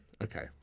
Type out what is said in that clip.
okay